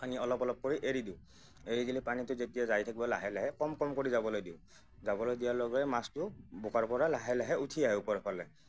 আনি অলপ অলপ কৰি এৰি দিওঁ এৰি দিলে পানীটো যেতিয়া যায় থাকিব লাহে লাহে কম কম কৰি যাবলৈ দিও যাবলৈ দিয়াৰ লগে লগে মাছটোৱো বোকাৰ পৰা লাহে লাহে উঠি আহে ওপৰৰ ফালে